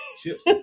Chips